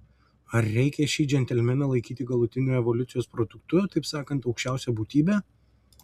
ar reikia šį džentelmeną laikyti galutiniu evoliucijos produktu taip sakant aukščiausia būtybe